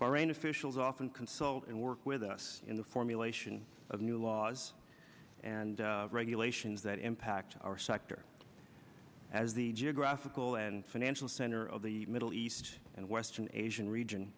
bahrain is often consult and work with us in the formulation of new laws and regulations that impact our sector as the geographical and financial center of the middle east and west an asian region